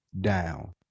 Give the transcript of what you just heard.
down